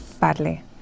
badly